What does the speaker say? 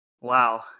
Wow